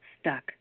Stuck